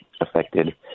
affected